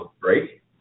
break